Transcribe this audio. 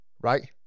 Right